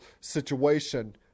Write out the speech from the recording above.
situation